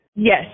Yes